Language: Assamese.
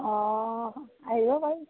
অঁ আহিব পাৰি